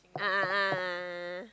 a'ah ah